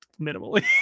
minimally